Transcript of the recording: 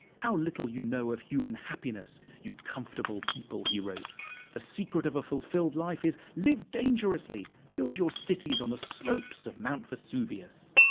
how little you know of human happiness you comfortable people he wrote the secret of a fulfilled life is live dangerously! build your cities on the slopes of mount vesuvius!